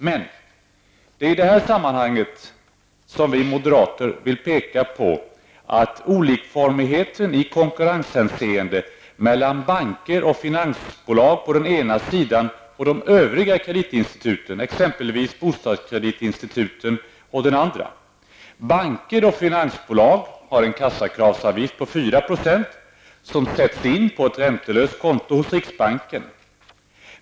Men i det här sammanhanget vill vi moderater peka på olikformigheten i konkurrenshänseende mellan banker och finansbolag å ena sidan och de övriga kreditinstituten, exempelvis bostadskreditinstituten, å den andra. Banker och finansbolag har en kassakravsavgift på 4 % som sätts in på ett räntelöst konto hos riksbanken.